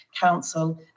Council